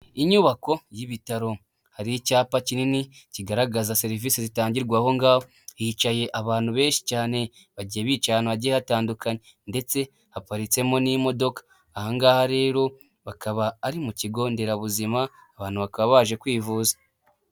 Inyubako y'ibitaro. Hari icyapa kinini kigaragaza serivisi zitangirwaho ngaho. Hicaye abantu benshi cyane, bagiye bica amadi atandukanye. Ndetse haparitsemo n'imodoka. Ahangaha rero bakaba ari mukigonderabuzima. Abantu bakaba baje kwivuza.